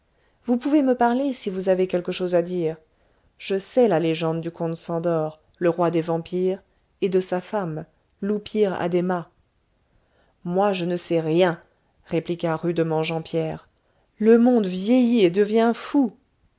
vous pouvez me parler si vous avez quelque chose à dire je sais la légende du comte szandor le roi des vampires et de sa femme l'oupire addhéma moi je ne sais rien répliqua rudement jean pierre le monde vieillit et devient fou